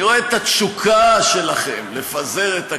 אני רואה את התשוקה שלכם לפזר את הכנסת,